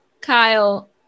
Kyle